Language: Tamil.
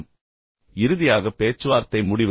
பின்னர் இறுதியாக பேச்சுவார்த்தை முடிவுகள்